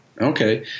Okay